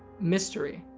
mystery.